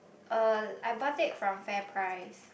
um I bought it from FairPrice